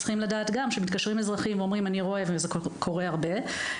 צריכים לדעת שכשמתקשרים אזרחים ואומרים "אני רואה..." וזה קורה הרבה,